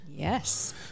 Yes